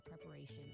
preparation